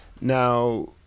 Now